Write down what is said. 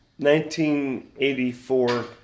1984